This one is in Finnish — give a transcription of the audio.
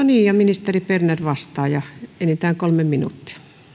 niin ministeri berner vastaa enintään kolme minuuttia